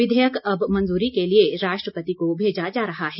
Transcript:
विधेयक अब मंजूरी के लिए राष्ट्रपति को भेजा जा रहा है